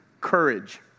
courage